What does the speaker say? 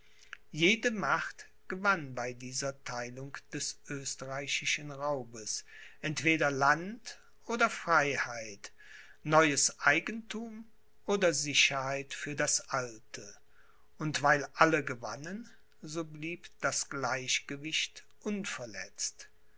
jede macht gewann bei dieser theilung des österreichischen raubes entweder land oder freiheit neues eigenthum oder sicherheit für das alte und weil alle gewannen so blieb das gleichgewicht unverletzt